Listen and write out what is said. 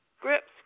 Grips